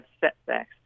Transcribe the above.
setbacks